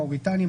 מאוריטניה,